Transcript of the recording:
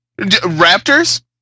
Raptors